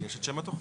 יש את שם התוכנית.